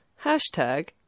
hashtag